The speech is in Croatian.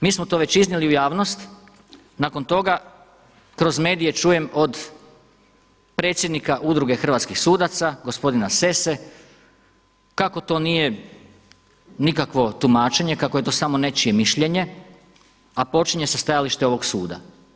Mi smo to već iznijeli u javnost, nakon toga kroz medije čujem od predsjednika Udruge hrvatskih sudaca, gospodina Sese kako to nije nikakvo tumačenje, kako je to samo nečije mišljenje, a počinje sa stajališta ovog suda.